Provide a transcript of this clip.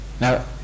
Now